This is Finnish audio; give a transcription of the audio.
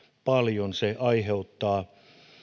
paljon se aiheuttaa